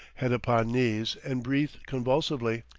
head upon knees, and breathed convulsively.